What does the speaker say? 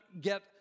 get